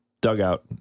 dugout